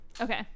Okay